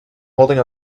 holding